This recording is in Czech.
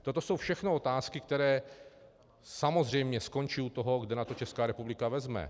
Toto jsou všechno otázky, které samozřejmě skončí u toho, kde na to Česká republika vezme.